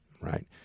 Right